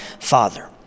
Father